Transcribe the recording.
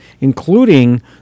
including